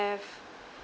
have